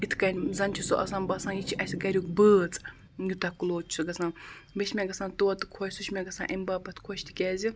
یِتھ کٔنۍ زَن چھُ سُہ آسان باسان یہِ چھِ اَسہِ گَریُک بٲژ یوٗتاہ کٕلوز چھُ گژھان بیٚیہِ چھِ مےٚ گژھان طوطہٕ خۄش سُہ چھُ مےٚ گژھان امہِ باپَتھ خۄش تِکیٛازِ